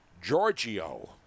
Giorgio